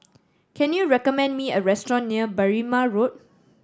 can you recommend me a restaurant near Berrima Road